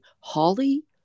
holly